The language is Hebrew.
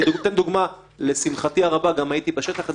אם אתם תחוקקו חזקה ניתנת לסתירה אין לי כלים.